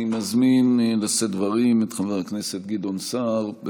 אני מזמין את חבר הכנסת גדעון סער לשאת דברים,